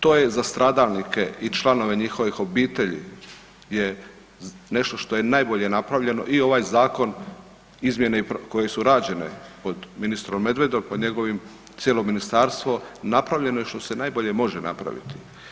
To je za stradalnike i članove njihovih obitelji je nešto što je najbolje napravljeno i ovaj zakon izmjene koje su rađene pod ministrom Medvedom pod njegovim, cijelo ministarstvo napravljeno je što je najbolje može napraviti.